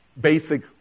basic